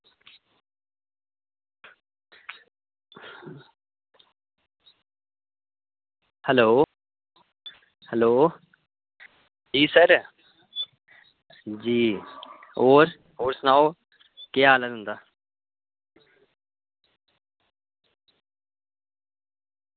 hello hello जी sir जी होर होर सनाओ केह् हाल ऐ तुंदा